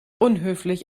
unhöflich